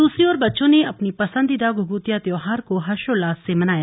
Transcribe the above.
दूसरी ओर बच्चों ने अपने पसंदीदा घुघुतिया त्योहार को हर्षोल्लास से मनाया